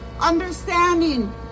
understanding